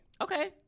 Okay